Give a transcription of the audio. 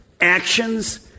actions